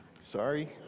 Sorry